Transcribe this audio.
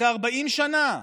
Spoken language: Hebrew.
אחרי 40 שנה,